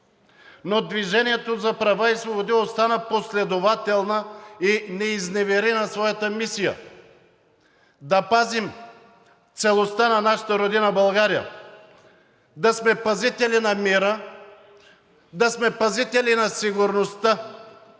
но „Движение за права и свободи“ остана последователна и не изневери на своята мисия да пазим целостта на нашата родина България, да сме пазители на мира, да сме пазители на сигурността